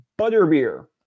Butterbeer